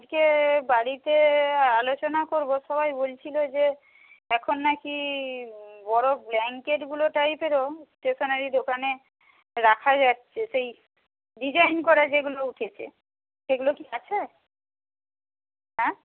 আজকে বাড়িতে আলোচনা করব সবাই বলছিল যে এখন না কি বড় ব্ল্যাঙ্কেটগুলো টাইপেরও স্টেশনারি দোকানে রাখা যাচ্ছে সেই ডিজাইন করা যেগুলো উঠেছে সেগুলো কি আছে হ্যাঁ